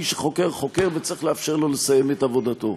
מי שחוקר חוקר, וצריך לאפשר לו לסיים את עבודתו.